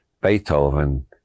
Beethoven